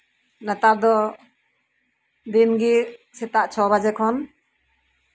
ᱱᱮᱛᱟᱨ ᱫᱚ ᱫᱤᱱ ᱜᱮ ᱥᱮᱛᱟᱜ ᱪᱷᱚ ᱵᱟᱡᱮ ᱠᱷᱚᱱ